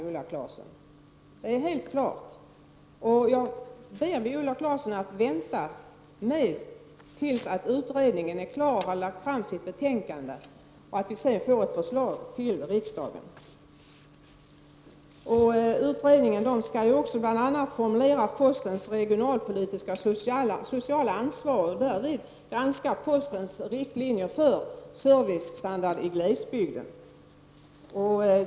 Jag får be Viola Claesson att vänta tills utredningen är klar och har lagt fram sitt betänkande och till dess att vi sedan fått ett förslag till riksdagen. Utredningen skall också bl.a. formulera postens regionalpolitiska och sociala ansvar och därvid granska postens riktlinjer för servicestandard i glesbygden.